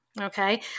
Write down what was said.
okay